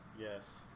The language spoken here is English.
Yes